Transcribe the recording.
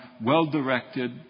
well-directed